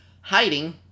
hiding